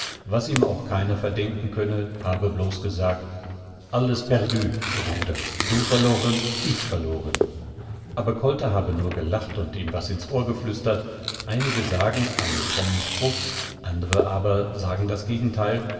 was ihm auch keiner verdenken könne habe blos gesagt alles perdu bruder du verloren ich verloren aber kolter habe nur gelacht und ihm was ins ohr geflüstert einige sagen einen frommen spruch andre aber sagen das gegentheil